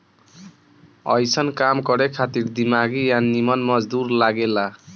अइसन काम करे खातिर दिमागी आ निमन मजदूर लागे ला